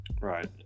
right